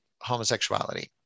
homosexuality